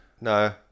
No